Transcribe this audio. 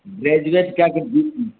graduate कए कऽ